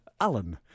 Alan